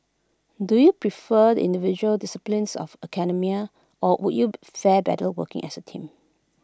do you prefer the individual disciplines of academia or would you fare better working as A team